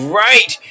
right